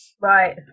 Right